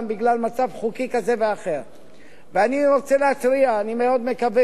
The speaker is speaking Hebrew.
אני מאוד מקווה שלוחות הזמנים גם מביאים אתם